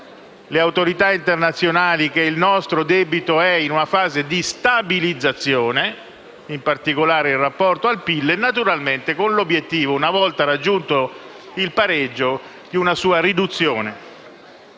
le autorità internazionali che il nostro debito è in una fase di stabilizzazione, in particolare in rapporto al PIL e naturalmente, una volta raggiunto il pareggio, l'obiettivo